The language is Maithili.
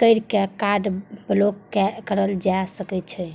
कैर के कार्ड ब्लॉक कराएल जा सकै छै